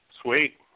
Sweet